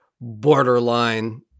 borderline